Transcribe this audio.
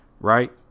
right